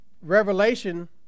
revelation